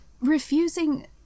Refusing